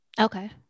Okay